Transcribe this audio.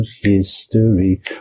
history